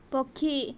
ପକ୍ଷୀ